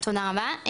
תודה רבה,